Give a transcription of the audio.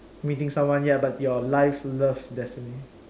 meeting someone ya but your life's love destiny